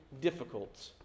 difficult